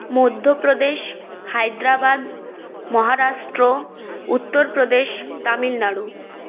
Madhya Pradesh Hyderabad Maharashtra Uttar Pradesh Tamil Nadu